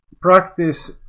practice